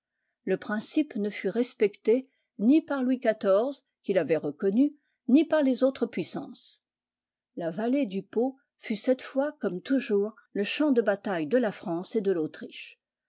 le principe ne fut respecté ni par louis xiv qui l'avait reconnu ni par les autres puissances la vallée du po fut cette fois comme toujours le champ de bataille de la france et de l'autriche